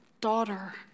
daughter